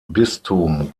bistum